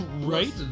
right